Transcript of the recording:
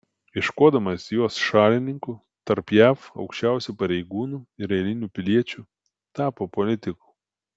ieškodamas jos šalininkų tarp jav aukščiausių pareigūnų ir eilinių piliečių tapo politiku